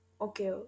okay